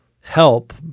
help